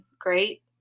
great